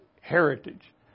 heritage